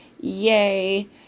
yay